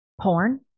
porn